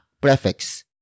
prefix